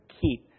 keep